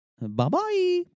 Bye-bye